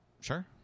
Sure